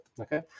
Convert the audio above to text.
okay